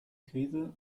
krise